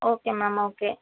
okay ma'am okay